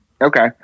Okay